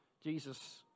Jesus